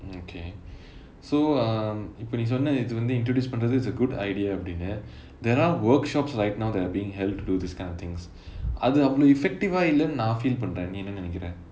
okay so um இப்போ நீ சொன்ன இது வந்து:ippo nee sonna ithu vanthu introduce பண்றது:pandrathu is a good idea அப்படினு:appadinu there are workshops right now that are being held to do this kind of things அது அவ்வளவு:athu avvalavu effective ah இல்லைனு நா:illainu naa feel பண்றேன் நீ என்ன நினைக்குறே:pandraen nee enna ninaikkirae